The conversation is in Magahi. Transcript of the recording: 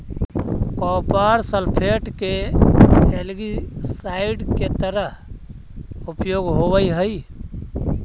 कॉपर सल्फेट के एल्गीसाइड के तरह उपयोग होवऽ हई